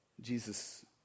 Jesus